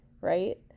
right